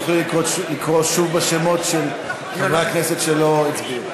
תוכלי לקרוא שוב בשמות של חברי הכנסת שלא הצביעו?